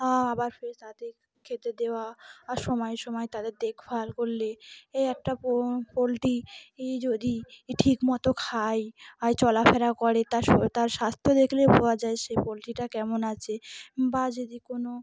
আবার ফ তাদের খেতে দেওয়া আর সময়ে সময়ে তাদের দেখভাল করলে এই একটা পো পোলট্রি যদি ঠিকমতো খায় আর চলাফেরা করে তার তার স্বাস্থ্য দেখলে পাওয়া যায় সেই পোলট্রিটা কেমন আছে বা যদি কোনো